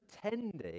pretending